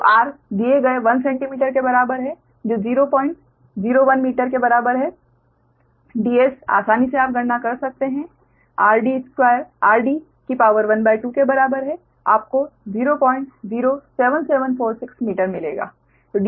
तो r दिए गए 1 सेंटीमीटर के बराबर है जो 0001 मीटर के बराबर है Ds आसानी से आप गणना कर सकते हैं 12 के बराबर है आपको 007746 मीटर मिलेगा